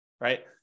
right